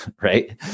Right